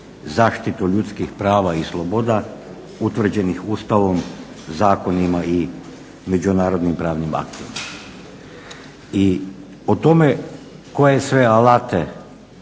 zaštitu ljudskih prava i sloboda utvrđenih Ustavom, zakonima i međunarodnim pravnim aktom. I o tome koje sve alate